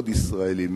מאוד ישראלי,